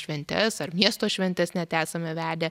šventes ar miesto šventes net esame vedę